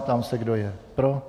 Ptám se, kdo je pro.